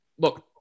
Look